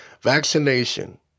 vaccination